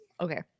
okay